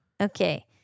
Okay